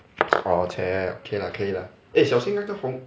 orh !chey! okay lah 可以 lah eh 小心那个红